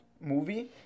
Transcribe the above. movie